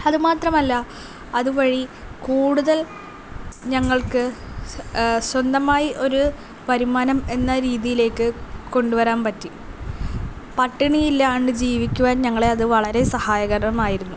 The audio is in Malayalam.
അതുമാത്രമല്ല അതുവഴി കൂടുതൽ ഞങ്ങൾക്ക് സ്വന്തമായി ഒരു വരുമാനം എന്ന രീതിയിലേക്ക് കൊണ്ടുവരാൻ പറ്റി പട്ടിണിയില്ലാണ്ട് ജീവിക്കുവാൻ ഞങ്ങളെ അത് വളരെ സഹായകരമായിരുന്നു